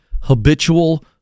habitual